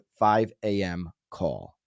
5AMcall